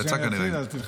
השעון.